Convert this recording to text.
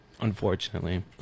unfortunately